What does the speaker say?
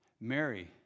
Mary